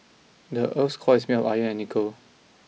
the earth's core is made of iron and nickel